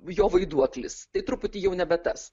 jo vaiduoklis tai truputį jau nebe tas